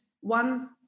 one